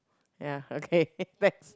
ya okay that's